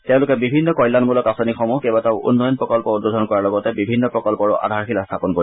তেওঁলোকে বিভিন্ন কল্যাণমূলক আঁচনিসহ কেইবাটাও উন্নয়ন প্ৰকল্প উদ্বোধন কৰাৰ লগতে বিভিন্ন প্ৰকল্পৰো আধাৰশিলা স্থাপন কৰিব